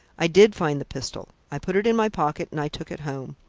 i did find the pistol i put it in my pocket and i took it home.